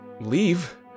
leave